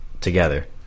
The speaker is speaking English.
together